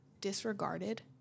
disregarded